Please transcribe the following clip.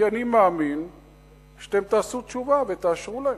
כי אני מאמין שאתם תעשו תשובה ותאשרו להם.